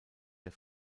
der